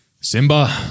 Simba